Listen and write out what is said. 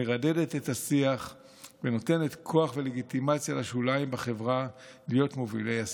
מרדדת את השיח ונותנת כוח ולגיטימציה לשוליים בחברה להיות מובילי השיח.